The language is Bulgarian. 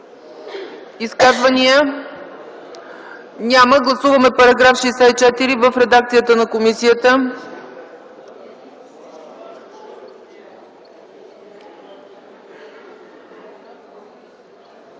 Изказвания? Няма. Гласуваме § 64 в редакция на комисията.